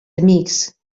amics